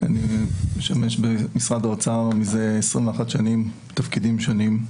אני משמש במשרד האוצר מזה 21 שנים בתפקידים שונים,